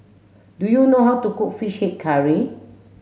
do you know how to cook fish head curry